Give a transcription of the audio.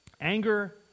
Anger